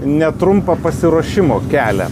netrumpą pasiruošimo kelią